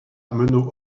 meneaux